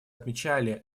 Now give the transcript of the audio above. отмечали